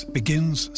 begins